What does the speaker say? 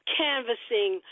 canvassing